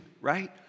right